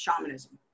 shamanism